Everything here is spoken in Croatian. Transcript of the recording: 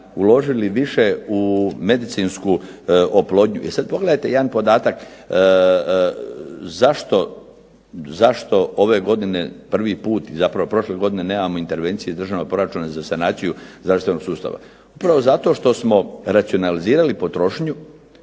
uložili više u medicinsku oplodnju. E sad, pogledajte jedan podatak zašto ove godine prvi put, i zapravo prošle godine nemamo intervencije iz državnog proračuna za sanaciju zdravstvenog sustava? Upravo zato što smo racionalizirali potrošnju,